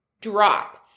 drop